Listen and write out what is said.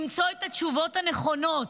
למצוא את התשובות הנכונות.